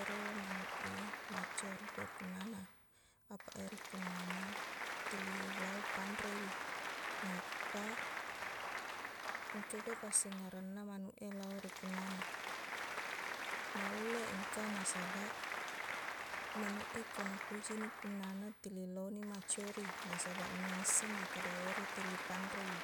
ero manuq e macca rupai punnana apaq ero punnana teli lao panrewi nappa engkaga passingerenna manuq e lao ri punnana naulle engka nasabaq manuq e ko napojini punnana teli loni macciori nasabaq naisseng makkada ero telli panrewi